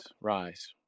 rise